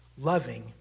loving